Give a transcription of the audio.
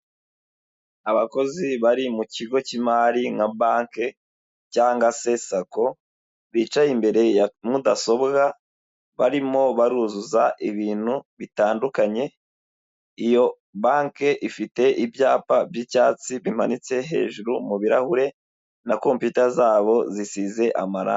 Abakozi bari mu kigo cy'imari nka banki cyangwa se SACCO, bicaye imbere ya mudasobwa barimo baruzuza ibintu bitandukanye, iyo banke ifite ibyapa by'icyatsi bimanitse hejuru mu birahure na kompiyuta zabo zisize amarange.